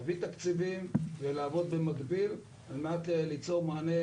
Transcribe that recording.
להביא תקציבים ולעבוד במקביל על מנת ליצור מענה